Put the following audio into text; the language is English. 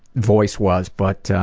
voice was but